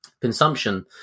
consumption